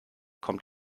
kommt